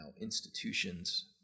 institutions